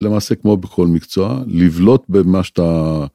למעשה כמו בכל מקצוע לבלוט במה שאתה.